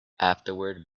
afterward